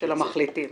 של המחליטים.